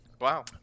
Wow